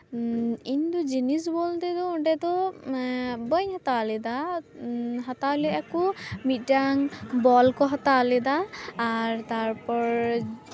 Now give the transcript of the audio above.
ᱤᱧ ᱫᱚ ᱡᱤᱱᱤᱥ ᱵᱚᱞᱛᱮ ᱫᱚ ᱚᱸᱰᱮ ᱫᱚ ᱵᱟᱹᱧ ᱦᱟᱛᱟᱣ ᱞᱮᱫᱟ ᱦᱟᱛᱟᱣᱞᱮᱜᱼᱟᱠᱚ ᱢᱤᱫᱴᱟᱝ ᱵᱚᱞ ᱠᱚ ᱦᱟᱛᱟᱣ ᱞᱮᱫᱟ ᱟᱨ ᱛᱟᱨᱯᱚᱨ